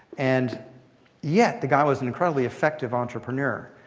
and yet, the guy was an incredibly effective entrepreneur.